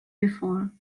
before